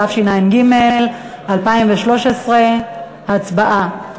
התשע"ג 2013. הצבעה.